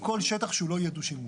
זה כל שטח שהוא לא יהיה דו-שימוש.